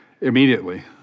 immediately